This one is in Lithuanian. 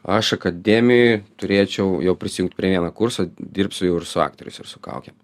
aš akademijoj turėčiau jau prisijungt prie vieno kurso dirbsiu jau ir su aktoriais ir su kaukėm